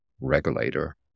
regulator